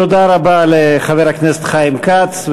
תודה רבה לחבר הכנסת חיים כץ.